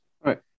Right